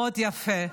מאוד יפה.